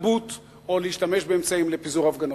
נבוט או להשתמש באמצעים לפיזור הפגנות.